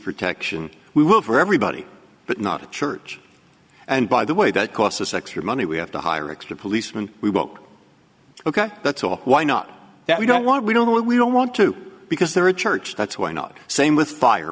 protection we work for everybody but not a church and by the way that costs us extra money we have to hire extra policeman we book ok that's a why not that we don't want we don't we don't want to because they're a church that's why not same with fire